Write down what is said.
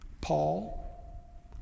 Paul